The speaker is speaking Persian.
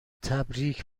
تبریک